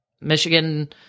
Michigan